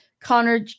Connor